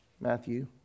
Matthew